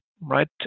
right